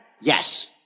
Yes